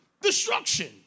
destruction